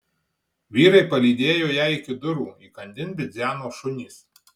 vyrai palydėjo ją iki durų įkandin bidzeno šunys